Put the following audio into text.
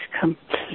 complete